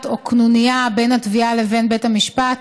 או קנוניה בין התביעה לבין בית המשפט.